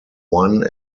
one